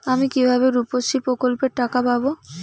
আমি কিভাবে রুপশ্রী প্রকল্পের টাকা পাবো?